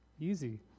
Easy